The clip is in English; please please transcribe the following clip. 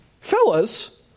Fellas